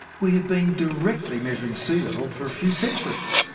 we have been directly measuring sea level for a few centuries.